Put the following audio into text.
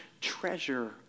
treasure